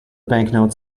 banknotes